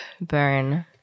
Burn